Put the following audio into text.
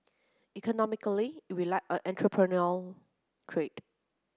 economically it relied on entrepreneurial trade